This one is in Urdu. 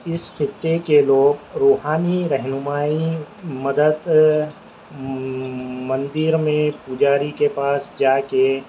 اس خطے کے لوگ روحانی رہنمائی مدد مندر میں پجاری کے پاس جا کے